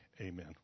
Amen